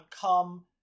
come